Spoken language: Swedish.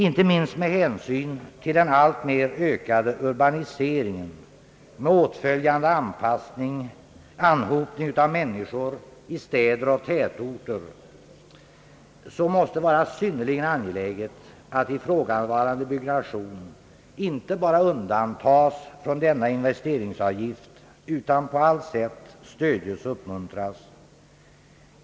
Inte minst med hänsyn till den alltmer ökade urbaniseringen med åtföljande anhopning av människor i städer och tätorter måste det vara syn nerligen angeläget att ifrågavarande byggnation inte bara undantas från denna investeringsavgift utan på allt sätt stödjes och uppmuntras.